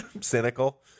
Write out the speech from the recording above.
cynical